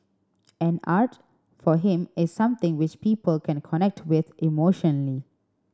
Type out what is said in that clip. and art for him is something which people can connect with emotionally